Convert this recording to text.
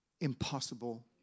impossible